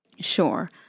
Sure